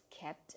kept